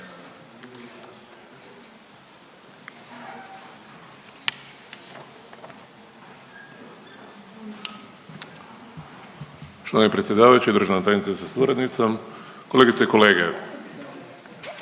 Štovani predsjedavajući, državna tajnice sa suradnicom, kolegice i kolege.